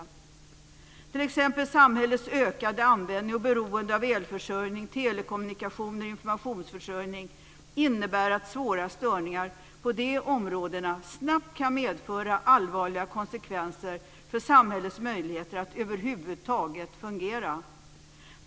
Exempelvis innebär samhällets ökade användning och beroende av elförsörjning, telekommunikationer och informationsförsörjning att svåra störningar på dessa områden snabbt kan få allvarliga konsekvenser för samhällets möjligheter att över huvud taget fungera.